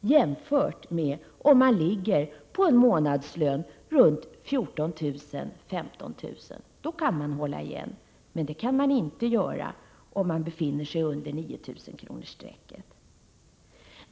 jämfört med om man ligger på en månadslön runt 14 000-15 000 kr. Då kan man hålla igen, men det kan man inte göra om man befinner sig under 9 000-kronorsstrecket.